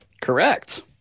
Correct